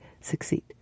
succeed